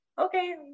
okay